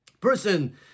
Person